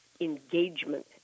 engagement